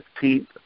15th